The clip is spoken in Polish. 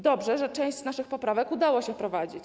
Dobrze, że część z naszych poprawek udało się wprowadzić.